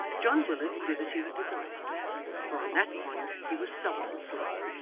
john willet did as he was desired for on that point he was seldom slow,